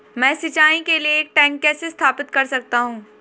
मैं सिंचाई के लिए एक टैंक कैसे स्थापित कर सकता हूँ?